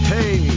Hey